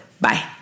Bye